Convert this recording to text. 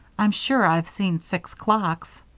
i'm sure i've seen six clocks.